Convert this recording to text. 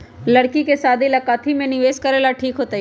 लड़की के शादी ला काथी में निवेस करेला ठीक होतई?